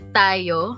tayo